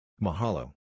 Mahalo